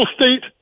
State